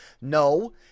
No